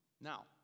Now